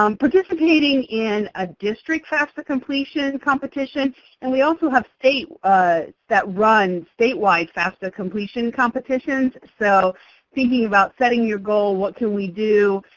um participating in a district fafsa completion competition. and we also have states that run statewide fafsa completion competitions. so thinking about setting your goal, what can we do